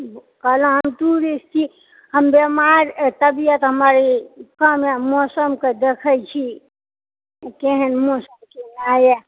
कहलहुँ हम टूरिस्ट छी हम बेमार तबियत हमर ई कम है मौसमके देखैत छी केहन मौसम केनाए यऽ